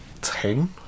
Ten